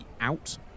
out